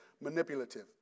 manipulative